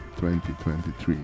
2023